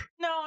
No